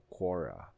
Quora